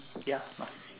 ya